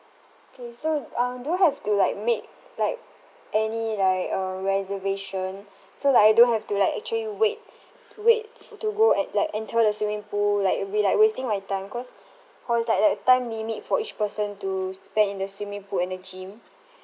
K so um do I have to like make like any like uh reservation so like I don't have to like actually wait to wait to go at like enter the swimming pool like will be like wasting my time cause cause like there are time limit for each person to spend in the swimming pool and the gym